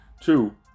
Two